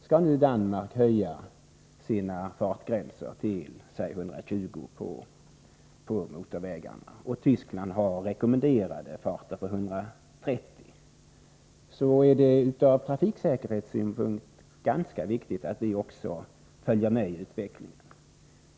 Om nu Danmark höjer sina fartgränser till säg 120 km tim, är det från trafiksäkerhetssynpunkt ganska viktigt att vi också följer med i utvecklingen.